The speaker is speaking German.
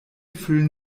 füllen